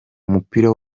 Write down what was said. umupira